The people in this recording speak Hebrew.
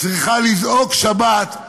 צריכה לזעוק שבת,